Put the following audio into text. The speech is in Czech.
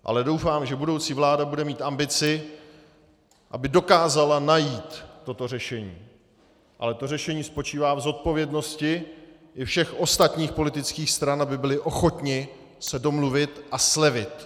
Ale doufám, že budoucí vláda bude mít ambici, aby dokázala najít toto řešení, ale to řešení spočívá v zodpovědnosti i všech ostatních politických stran, aby byly ochotny se domluvit a slevit.